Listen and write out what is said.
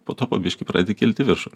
po to po biškį pradedi kilt į viršų